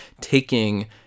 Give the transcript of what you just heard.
taking